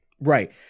Right